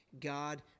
God